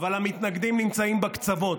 אבל המתנגדים נמצאים בקצוות.